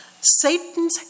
Satan's